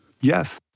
Yes